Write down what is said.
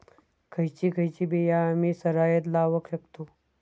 खयची खयची बिया आम्ही सरायत लावक शकतु?